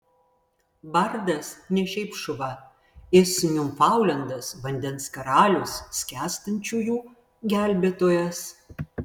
bardas ne šiaip šuva jis niūfaundlendas vandens karalius skęstančiųjų gelbėtojas